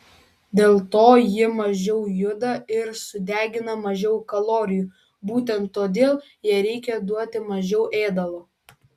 dėl to ji mažiau juda ir sudegina mažiau kalorijų būtent todėl jai reikia duoti mažiau ėdalo